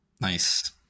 Nice